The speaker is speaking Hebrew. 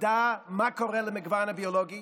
להעביר כסף למשרד הביטחון כדי להשתתף,